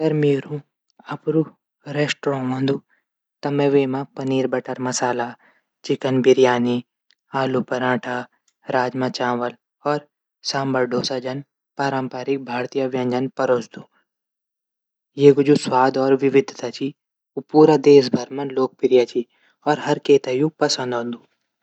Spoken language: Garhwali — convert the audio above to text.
अगर मेरू अपडू रेस्टोरेंट हूदू त मी वेमा पनीर बटर मसाला चिकन बिरियानी आलू पराठा राजमा चावल और सांभर डोसा जन पारम्परिक भारतीय व्यंजन परोस दू। एक जू स्वाद और विविधता च ऊ पूरा देश भर मा लोकप्रिय च। अर कै त यू पंसद औंदू।